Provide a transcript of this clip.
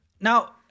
Now